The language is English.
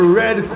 red